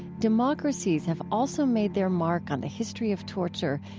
democracies have also made their mark on the history of torture,